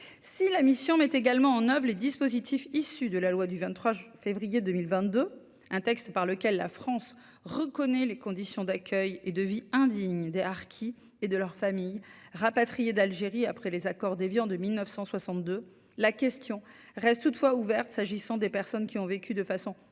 si la mission met également en oeuvre les dispositifs issus de la loi du 23 février 2022 un texte par lequel la France reconnaît les conditions d'accueil et de vie indigne des harkis et de leurs familles, rapatriés d'Algérie après les accords d'Évian de 1962 la question reste toutefois ouverte s'agissant des personnes qui ont vécu de façon tout